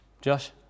Josh